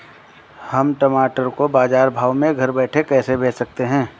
हम टमाटर को बाजार भाव में घर बैठे कैसे बेच सकते हैं?